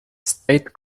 state